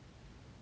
um